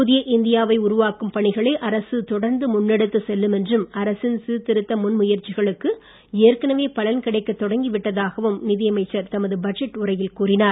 புதிய இந்தியா வை உருவாக்கும் பணிகளை அரசு தொடர்ந்து முன்னெடுத்துச் செல்லும் என்றும் அரசின் சீர்திருத்த முன்முயற்சிகளுக்கு ஏற்கனவே பலன் கிடைக்கத் தொடங்கி விட்டதாகவும் நிதி அமைச்சர் தமது ப பட்ஜெட் உரையில் கூறினார்